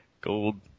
Gold